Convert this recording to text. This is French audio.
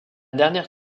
dernière